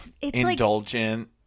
indulgent